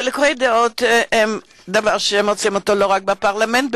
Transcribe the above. חילוקי דעות הם דבר שקיים לא רק בפרלמנט,